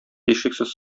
һичшиксез